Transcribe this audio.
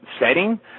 setting